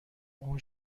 اون